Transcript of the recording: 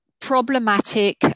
problematic